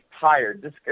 tired